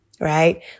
right